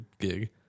gig